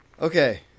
Okay